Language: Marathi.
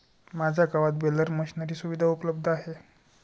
माझ्या गावात बेलर मशिनरी सुविधा उपलब्ध आहे